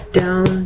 down